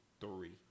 three